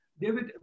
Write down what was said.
David